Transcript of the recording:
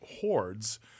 hordes